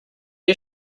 you